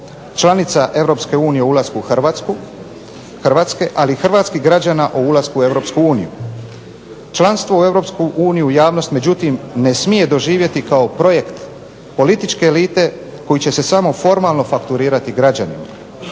unije o ulasku Hrvatske ali i hrvatskih građana o ulasku u Europsku uniju. Članstvo u Europsku uniju javnost međutim ne smije doživjeti kao projekt političke elite koji će se samo formalno fakturirati građanima.